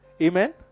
Amen